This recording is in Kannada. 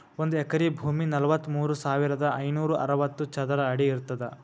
ಒಂದ್ ಎಕರಿ ಭೂಮಿ ನಲವತ್ಮೂರು ಸಾವಿರದ ಐನೂರ ಅರವತ್ತು ಚದರ ಅಡಿ ಇರ್ತದ